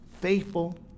faithful